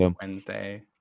Wednesday